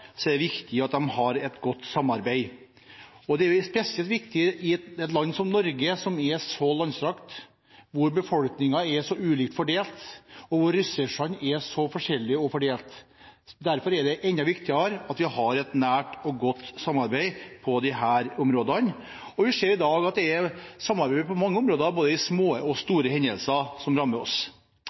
så langstrakt, hvor befolkningen er så ulikt fordelt, og hvor ressursene er så forskjellig fordelt. Derfor er det enda viktigere at vi har et nært og godt samarbeid på disse områdene. Vi ser i dag at det er samarbeid på mange områder, ved både små og store hendelser som rammer oss.